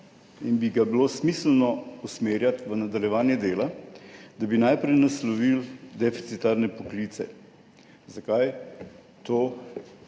in bi ga bilo smiselno usmerjati v nadaljevanje dela, da bi najprej naslovili deficitarne poklice. Zakaj